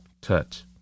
touch